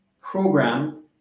program